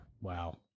Wow